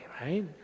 right